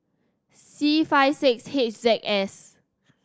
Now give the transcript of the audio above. C five six H Z S